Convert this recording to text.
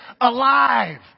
alive